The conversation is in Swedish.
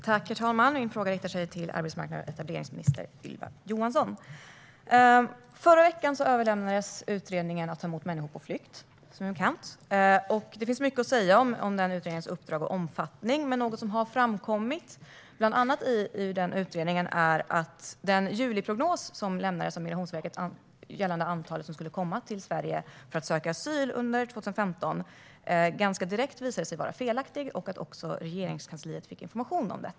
Herr talman! Min fråga riktar sig till arbetsmarknads och etableringsminister Ylva Johansson. I förra veckan överlämnades som bekant utredningen Att ta emot människor på flykt . Det finns mycket att säga om utredningens uppdrag och omfattning, men något som har framkommit i den är bland annat att den juliprognos som lämnades av Migrationsverket gällande antalet asylsökande som skulle komma till Sverige under 2015 ganska direkt visade sig vara felaktig samt att Regeringskansliet fick information om detta.